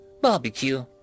barbecue